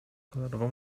kolorową